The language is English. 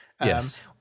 Yes